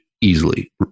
easily